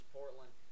Portland